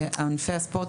ענפי הספורט,